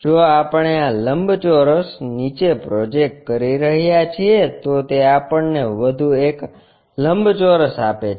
જો આપણે આ લંબચોરસ નીચે પ્રોજેક્ટ કરી રહ્યા છીએ તો તે આપણને વધુ એક લંબચોરસ આપે છે